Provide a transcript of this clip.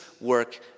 work